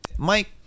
Mike